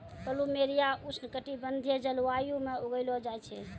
plumeria उष्ण कटिबंधीय जलवायु म उगैलो जाय छै